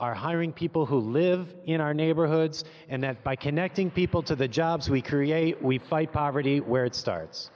are hiring people who live in our neighborhoods and that by connecting people to the jobs we create we fight poverty where it starts